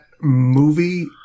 movie